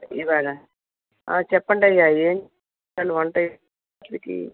ఇవాళ చెప్పండయ్యా ఏం వంట ఈరోజుకి